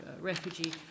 refugee